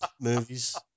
movies